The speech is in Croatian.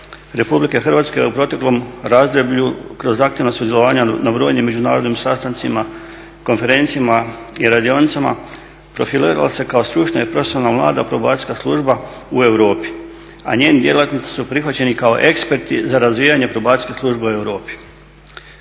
služba RH u proteklom razdoblju kroz aktivna sudjelovanja na brojim međunarodnim sastancima, konferencijama i radionicama profilirala se kao stručna i profesionalna mlada Probacijska služba u Europi, a njeni djelatnici su prihvaćeni kao eksperti za razvijanje Probacijske službe u Europi".